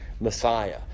Messiah